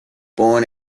born